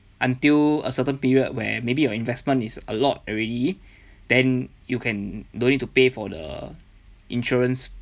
until a certain period where maybe your investment is a lot already then you can don't need to pay for the insurance